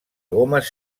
gomes